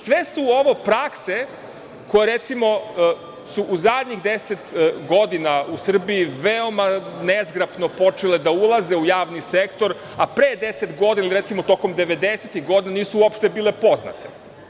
Sve su ovo prakse koje su, recimo, u zadnjih 10 godina u Srbiji veoma nezgrapno počele da ulaze u javni sektor, a pre 10 godina, ili tokom 90-ih godina nisu uopšte bile poznate.